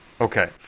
Okay